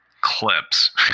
clips